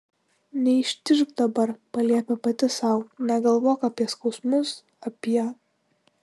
neištižk dabar paliepė pati sau negalvok apie skausmus apie